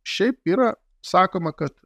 šiaip yra sakoma kad